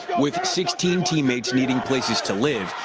with sixteen teammates needing places to live,